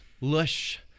lush